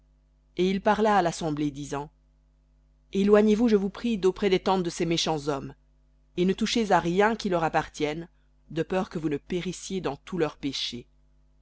et il parla à l'assemblée disant éloignez-vous je vous prie d'auprès des tentes de ces méchants hommes et ne touchez à rien qui leur appartienne de peur que vous ne périssiez dans tous leurs péchés